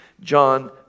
John